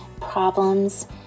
problems